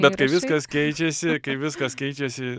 bet kai viskas keičiasi kai viskas keičiasi